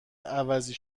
عوضی